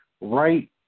right